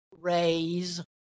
raise